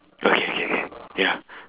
okay okay okay ya